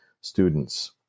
students